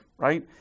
right